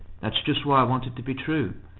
that's just why i want it to be true.